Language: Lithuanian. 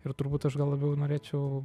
ir turbūt aš gal labiau norėčiau